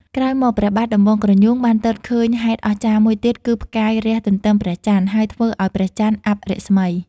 ក្រោយមក ព្រះបាទដំបងក្រញូងបានទតឃើញហេតុអស្ចារ្យមួយទៀត គឺផ្កាយរះទន្ទឹមព្រះច័ន្ទ ហើយធ្វើឱ្យព្រះច័ន្ទអាប់រស្មី ។